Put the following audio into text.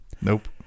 nope